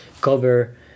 cover